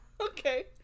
Okay